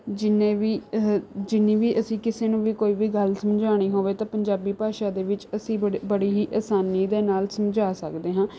ਜਿੰਨੇ ਵੀ ਜਿੰਨੀ ਵੀ ਅਸੀਂ ਕਿਸੇ ਨੂੰ ਵੀ ਕੋਈ ਵੀ ਗੱਲ ਸਮਝਾਉਣੀ ਹੋਵੇ ਤਾਂ ਪੰਜਾਬੀ ਭਾਸ਼ਾ ਦੇ ਵਿੱਚ ਅਸੀਂ ਬੜੇ ਬੜੀ ਹੀ ਆਸਾਨੀ ਦੇ ਨਾਲ ਸਮਝਾ ਸਕਦੇ ਹਾਂ